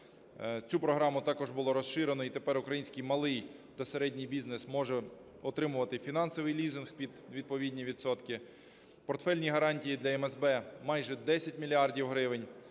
Цю програму також було розширено і тепер український малий та середній бізнес може отримувати фінансовий лізинг під відповідні відсотки, портфельні гарантії для МСБ майже 10 мільярдів